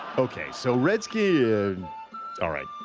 ok, so redski all right,